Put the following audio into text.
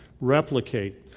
replicate